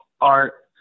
art